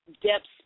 depths